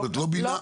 לא.